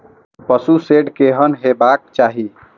पशु शेड केहन हेबाक चाही?